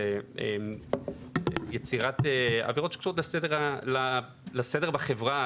עבירות שקשורות לסדר בחברה,